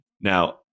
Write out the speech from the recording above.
now